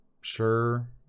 sure